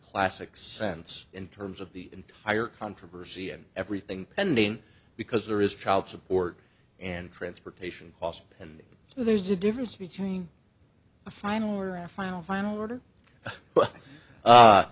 classic sense in terms of the entire controversy and everything pending because there is child support and transportation costs and so there's a difference between a final or